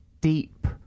deep